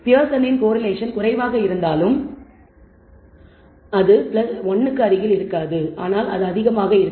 பியர்சனின் correlation குறைவாக இருந்தாலும் அது 1 க்கு அருகில் இருக்காது ஆனால் அது அதிகமாக இருக்கும்